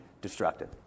destructive